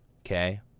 Okay